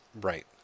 Right